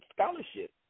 scholarship